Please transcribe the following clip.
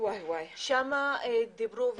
שם דיברו,